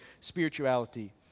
spirituality